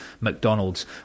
McDonald's